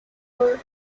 were